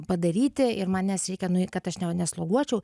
padaryti ir manęs reikia kad aš ne nesloguočiau